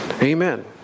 Amen